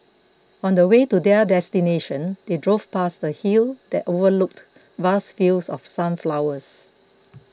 on the way to their destination they drove past a hill that overlooked vast fields of sunflowers